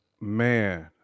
Man